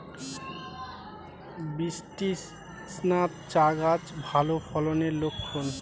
বৃষ্টিস্নাত চা গাছ ভালো ফলনের লক্ষন